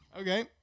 Okay